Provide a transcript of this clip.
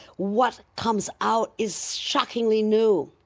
what comes out is shockingly new.